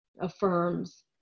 affirms